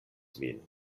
min